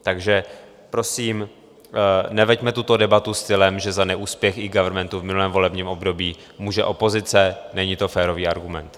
Takže prosím, neveďme tuto debatu stylem, že za neúspěch eGovernmentu v minulém volebním období může opozice, není to férový argument.